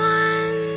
one